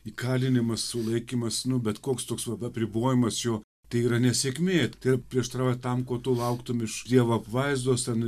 įkalinimas sulaikymas nu bet koks toks vat apribojimas jo tai yra nesėkmė tai yra prieštarauja tam ko tu lauktum iš dievo apvaizdos ten